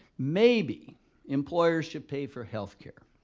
maybe employers should pay for healthcare.